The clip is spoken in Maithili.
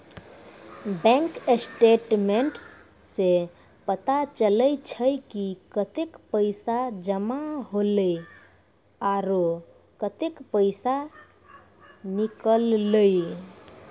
बैंक स्टेटमेंट्स सें पता चलै छै कि कतै पैसा जमा हौले आरो कतै पैसा निकललै